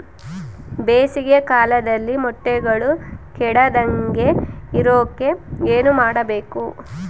ಬೇಸಿಗೆ ಕಾಲದಲ್ಲಿ ಮೊಟ್ಟೆಗಳು ಕೆಡದಂಗೆ ಇರೋಕೆ ಏನು ಮಾಡಬೇಕು?